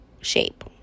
shape